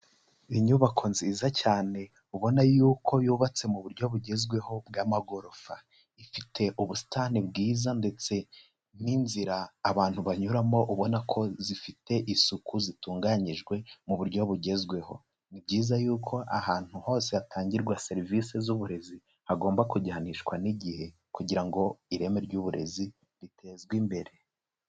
Inyubako nziza cyane, ubona yuko yubatse mu buryo bugezweho bw'amagorofa. Ifite ubusitani bwiza ndetse n'inzira abantu banyuramo, ubona ko zifite isuku; zitunganyijwe mu buryo bugezweho. Ni byiza yuko ahantu hose hatangirwa serivisi z'uburezi hagomba kujyanishwa n'igihe, kugira ngo ireme ry'uburezi ritezwe imbere.